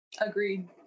Agreed